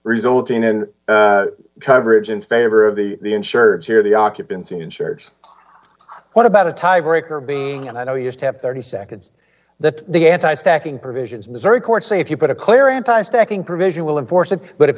resulting in coverage in favor of the insured here the occupancy ensures what about a tiebreaker being and i know you just have thirty seconds that the anti stacking provisions missouri courts say if you put a clear anti stacking provision will enforce it but if